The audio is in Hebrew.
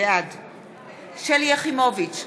בעד שלי יחימוביץ,